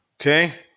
Okay